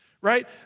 Right